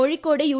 Kozhikode U